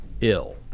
ill